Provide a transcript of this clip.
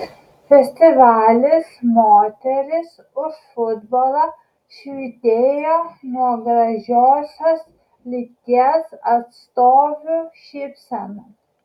festivalis moterys už futbolą švytėjo nuo gražiosios lyties atstovių šypsenų